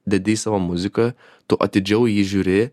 dedi į savo muziką tu atidžiau jį žiūri